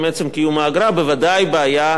בוודאי בעיה עם הגובה שלה.